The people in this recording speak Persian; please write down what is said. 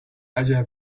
عجب